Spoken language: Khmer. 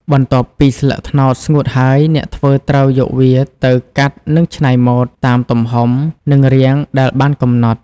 បន្ទាប់ពីស្លឹកត្នោតស្ងួតហើយ អ្នកធ្វើត្រូវយកវាទៅ កាត់និងច្នៃម៉ូដ តាមទំហំ និងរាងដែលបានកំណត់។